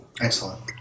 Excellent